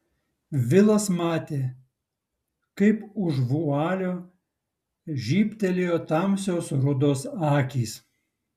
vilas matė kaip už vualio žybtelėjo tamsios rudos akys